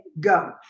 go